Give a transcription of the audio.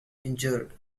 injured